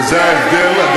וזה ההבדל,